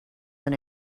than